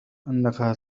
إنك